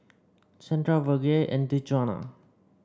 Santa Virge and Djuana